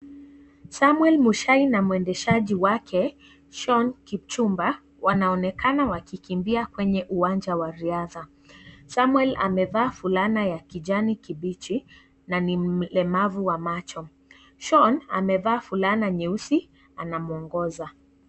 Samuel Muchai na mwendeshaji wake, Shawn Kipchumba wanaonekana wakikimbia kwenye uwanja wa riadha. Samuel amevaa fulana ya kijani kibichi na ni mlemavu wa macho. Shawn amevaa fulana nyeusi anamwongoza.